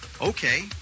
Okay